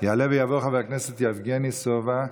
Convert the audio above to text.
יעלה ויבוא חבר הכנסת יבגני סובה.